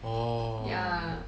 orh